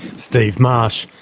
steve marsh,